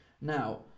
Now